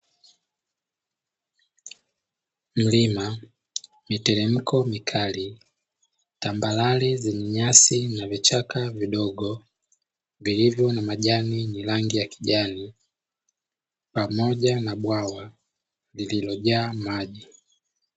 Milima miteremko mikali, tambarare zenye nyasi na vichaka vidogo vilivyo na majani ya rangi ya kijani pamoja na bwawa lililo jaa maji.